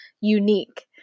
unique